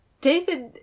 David